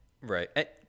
Right